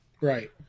Right